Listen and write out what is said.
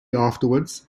afterwards